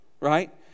right